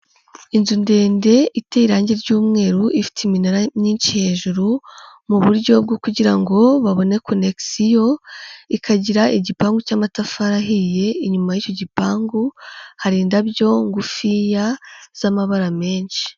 Inzu ndende iteye irange ry'umweru, ifite iminara myinshi hejuru, mu buryo bwo kugira ngo babone konekisiyo, ikagira igipangu cy'amatafari ahiye, inyuma y'icyo gipangu hari indabyo ngufiya z'amabara menshi.